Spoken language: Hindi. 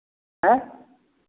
हैं